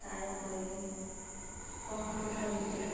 তাৰোপৰি বসন্ত ঋতুত